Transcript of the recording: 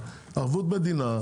ערבות מדינה,